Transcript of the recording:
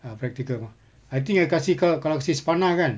uh practical mah I think I kasi kau koleksi spanar kan